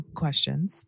questions